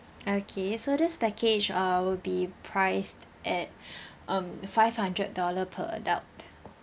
okay so this package uh will be priced at um five hundred dollar per adult